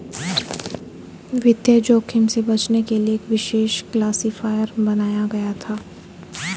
वित्तीय जोखिम से बचने के लिए एक विशेष क्लासिफ़ायर बनाया गया था